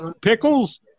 pickles